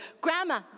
Grandma